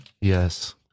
Yes